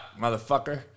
motherfucker